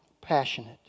passionate